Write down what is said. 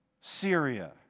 Syria